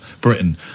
Britain